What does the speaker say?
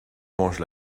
mange